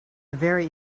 very